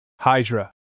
Hydra